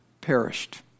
perished